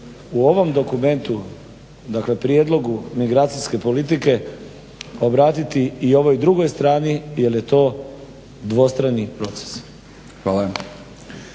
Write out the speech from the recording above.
u ovom dokumentu, dakle prijedlogu migracijske politike obratiti i ovoj drugoj strani jer je to dvostrani proces. **Batinić,